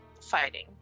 fighting